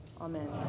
Amen